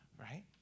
Right